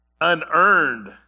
unearned